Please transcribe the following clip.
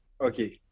okay